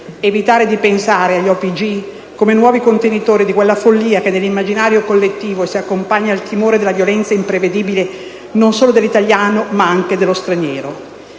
evitare di pensare agli OPG come a dei nuovi contenitori di quella follia che nell'immaginario collettivo si accompagna al timore della violenza imprevedibile, non solo dell'italiano ma anche dello straniero.